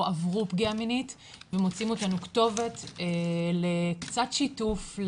או עברו פגיעה מינית ומוצאים אותנו כתובת לקצת שיתוף,